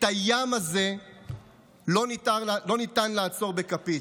את הים הזה לא ניתן לעצור בכפית.